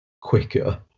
quicker